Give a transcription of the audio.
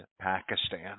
Pakistan